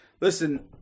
listen